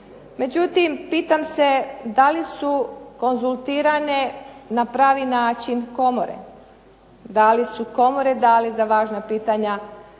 Međutim, pitam se da li su konzultirane na pravi način komore. Da li su komore dale za važna pitanja